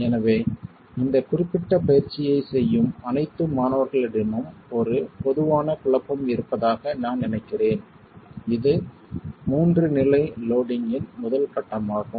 எனவே இந்த குறிப்பிட்ட பயிற்சியைச் செய்யும் அனைத்து மாணவர்களிடமும் ஒரு பொதுவான குழப்பம் இருப்பதாக நான் நினைக்கிறேன் இது மூன்று நிலை லோடிங் இன் முதல் கட்டமாகும்